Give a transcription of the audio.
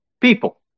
People